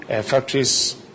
factories